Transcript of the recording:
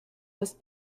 was